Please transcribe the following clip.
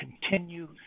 continue